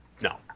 No